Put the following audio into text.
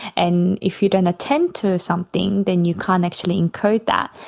and if you don't attend to something then you can't actually encode that.